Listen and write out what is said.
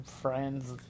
friend's